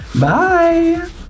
bye